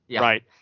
right